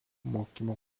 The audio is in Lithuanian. mokymo